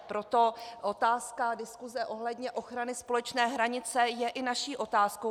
Proto otázka a diskuse ohledně ochrany společné hranice je i naší otázku.